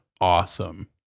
awesome